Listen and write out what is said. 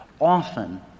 often